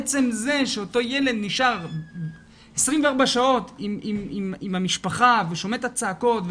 עצם זה שאותו ילד נשאר 24 שעות עם המשפחה ושומע את הצעקות,